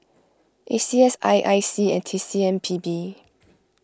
A C S I I C and T C M P B